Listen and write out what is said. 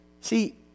See